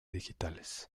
digitales